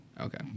Okay